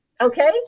Okay